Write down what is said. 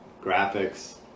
graphics